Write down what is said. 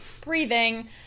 breathing